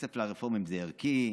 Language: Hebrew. כסף לרפורמים זה ערכי,